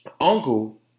uncle